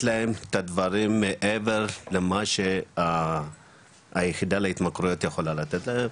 להם את הדברים מעבר למה שהיחידה להתמכרויות יכולה לתת להם,